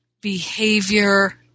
behavior